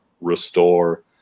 restore